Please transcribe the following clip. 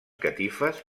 catifes